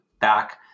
back